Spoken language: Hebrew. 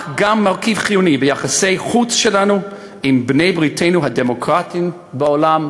אך גם כמרכיב חיוני ביחסי החוץ שלנו עם בעלי-בריתנו הדמוקרטיים בעולם,